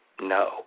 no